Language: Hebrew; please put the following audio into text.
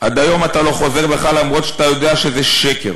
עד היום אתה לא חוזר בך, למרות שאתה יודע שזה שקר.